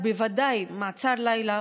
ובוודאי מעצר לילה,